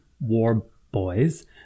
Warboys